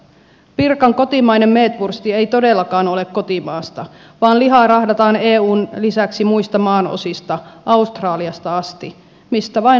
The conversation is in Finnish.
pirkan kotimainen meetvursti ei todellakaan ole kotimaasta vaan lihaa rahdataan eun lisäksi muista maanosista australiasta asti mistä vain halvemmalla saadaan